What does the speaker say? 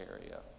area